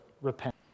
repent